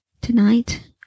Tonight